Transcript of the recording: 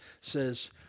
says